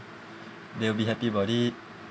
they will be happy about it